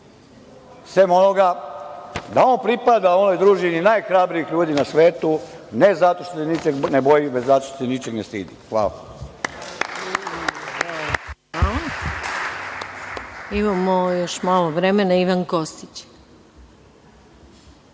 sem onoga da on pripada onoj družini najhrabrijih ljudi na svetu, ne zato što se ničeg ne boji, već zato što se ničeg ne stidi. Hvala.